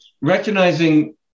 recognizing